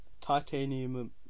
Titanium